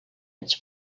its